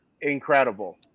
incredible